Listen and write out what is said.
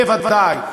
בוודאי,